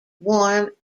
warm